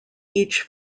each